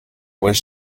was